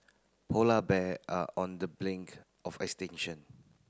polar bear are on the blink of extinction